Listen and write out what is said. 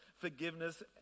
forgiveness